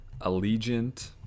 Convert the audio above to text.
Allegiant